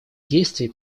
действий